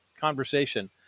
conversation